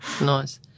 Nice